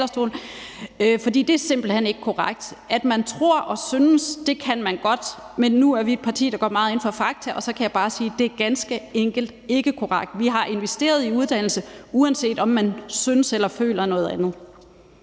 For det er simpelt hen ikke korrekt. Man kan godt tro og synes noget. Men nu er vi et parti, der går meget ind for fakta, og jeg kan så bare sige, at det ganske enkelt ikke er korrekt. Vi har investeret i uddannelse, uanset om man synes eller føler noget andet.